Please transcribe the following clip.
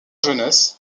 jeunesse